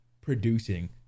producing